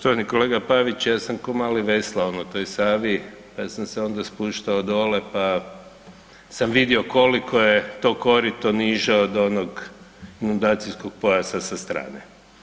Poštovani kolega Pavić ja sam ko mali veslao na toj Savi, pa sam se onda spuštao dole pa sam vidio koliko je to korito niže od onog inundacijskog pojasa sa strane.